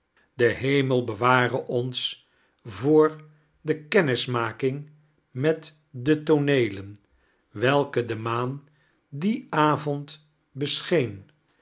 de hemel beware ons voor de kennisanaking met de tooneelen welke de maan dien avond bescheen